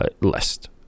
list